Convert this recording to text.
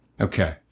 Okay